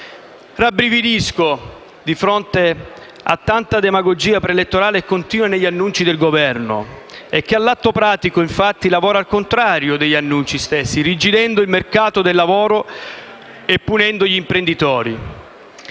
Rabbrividisco di fronte a tanta demagogia preelettorale e continua negli annunci del Governo, che all'atto pratico però lavora al contrario degli annunci stessi, irrigidendo il mercato del lavoro e punendo gli imprenditori.